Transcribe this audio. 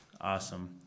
Awesome